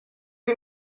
les